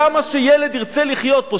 למה שילד ירצה לחיות פה?